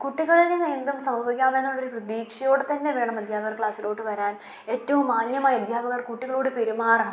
കുട്ടികളിൽ നിന്നെന്നും സൗമികാമെന്നുള്ളൊരു പ്രതീക്ഷയോടെ തന്നെ വേണം അദ്ധ്യാപകർ ക്ലാസ്സിലോട്ട് വരാൻ ഏറ്റവും മാന്യമായി അദ്ധ്യാപകർ കുട്ടികളോട് പെരുമാറണം